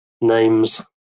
names